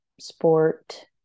sport